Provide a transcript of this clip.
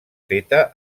feta